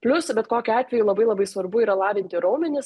plius bet kokiu atveju labai labai svarbu yra lavinti raumenis